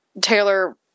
Taylor